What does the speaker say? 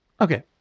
Okay